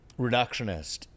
reductionist